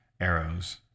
arrows